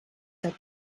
set